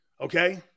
okay